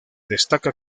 destaca